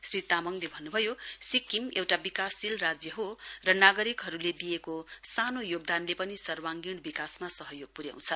श्री तामङले भन्नुभयो सिक्किम एउटा विकासशील राज्य हो र नागरिकहरूले दिएको सानो योगदानले पनि सवाङ्गीण विकासमा सहयोग पुर्याउँछ